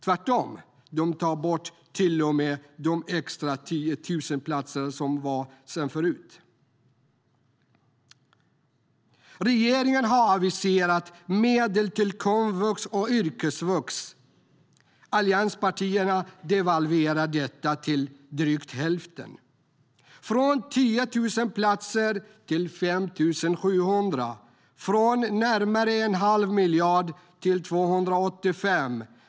Tvärtom tar de till och med bort de extra 1 000 platser som fanns sedan förut. Regeringen har aviserat medel till komvux och yrkesvux. Allianspartierna devalverar detta till drygt hälften. Man går från 10 000 platser till 5 700 platser och från närmare 1⁄2 miljard till 285 miljoner.